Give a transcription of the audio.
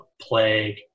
plague